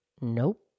Nope